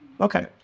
Okay